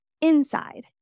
inside